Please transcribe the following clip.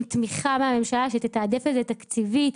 תמיכה מהממשלה שתיתן לזה עדיפות תקציבית,